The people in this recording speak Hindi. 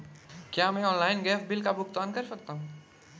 क्या मैं ऑनलाइन गैस बिल का भुगतान कर सकता हूँ?